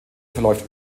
verläuft